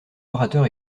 orateur